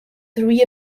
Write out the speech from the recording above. three